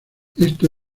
esto